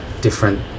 different